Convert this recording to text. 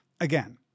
again